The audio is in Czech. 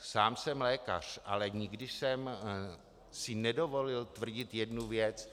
Sám jsem lékař, ale nikdy jsem si nedovolil tvrdit jednu věc.